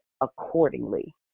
accordingly